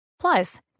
Plus